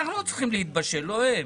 אנחנו עוד צריכים להתבשל, לא הם.